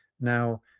now